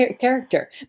character